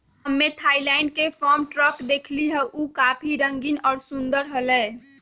हम्मे थायलैंड के farm truck देखली हल, ऊ काफी रंगीन और सुंदर हलय